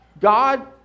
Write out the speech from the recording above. God